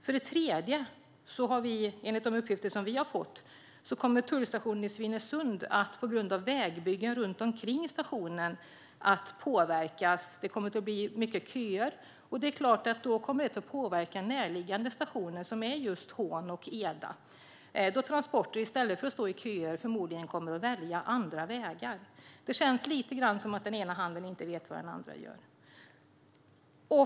För det tredje kommer tullstationen i Svinesund, enligt uppgifter som vi har fått, att påverkas av vägbyggen runt omkring stationen. Det kommer att leda till mycket köer. Då kommer det att påverka närliggande stationer, just i Hån och Eda. Transporter kommer förmodligen att välja andra vägar i stället för att stå i köer. Det känns lite grann som att den ena handen inte vet vad den andra gör.